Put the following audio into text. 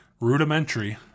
rudimentary